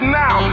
now